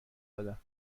دادم